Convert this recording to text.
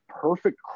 perfect